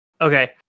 Okay